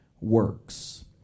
works